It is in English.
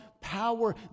power